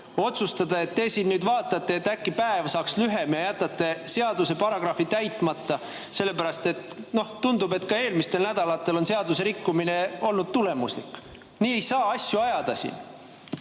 otsustada, et te nüüd vaatate, äkki päev saaks lühem, ja jätate seaduse paragrahvi täitmata, sellepärast et tundub, et ka eelmistel nädalatel on seaduserikkumine olnud tulemuslik. Nii ei saa siin asju ajada!